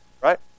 Right